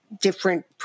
different